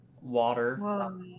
Water